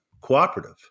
cooperative